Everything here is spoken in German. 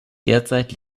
derzeit